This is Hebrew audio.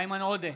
איימן עודה,